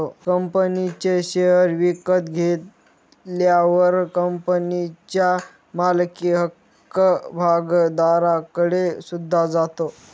कंपनीचे शेअर विकत घेतल्यावर कंपनीच्या मालकी हक्क भागधारकाकडे सुद्धा जातो